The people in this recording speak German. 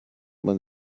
man